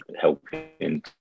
helping